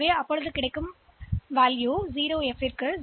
எனவே இந்த உள்ளடக்கத்துடன் 0 1 0 0 0 0 1 0